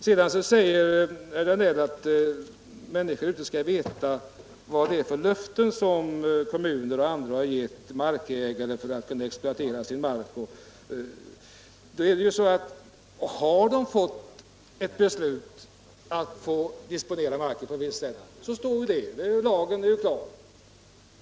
Sedan säger herr Danell att människor inte vet vilka löften som kommuner och andra har gett markägare för att dessa skall exploatera sin mark. Har det fattats ett beslut om att disponera marken på ett visst sätt, står det beslutet fast enligt lag, det är klart.